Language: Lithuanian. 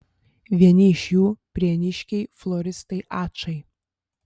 vieni iš jų prieniškiai floristai ačai